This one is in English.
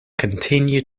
continue